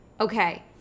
Okay